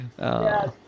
Yes